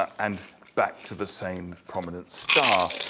and back to the same prominent star.